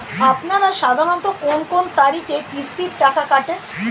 আপনারা সাধারণত কোন কোন তারিখে কিস্তির টাকা কাটে?